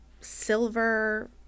silver